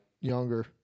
Younger